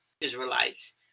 Israelites